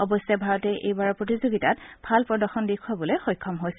অৱশ্যে ভাৰতে এইবাৰৰ প্ৰতিযোগিতাত ভাল প্ৰদৰ্শন দেখুৱাবলৈ সক্ষম হৈছে